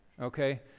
okay